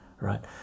right